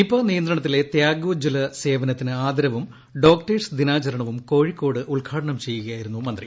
Nipah നിയന്ത്രണത്തിലെ ത്യാഗോജ്ജല സേവനത്തിന് ആദരവും ഡോക്ടേഴ്സ് ദിനാചരണവും കോഴിക്കോട് ഉദ്ഘാടനം ചെയ്യുകയായിരുന്നു മന്ത്രി